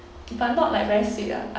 if I'm not like very sweet lah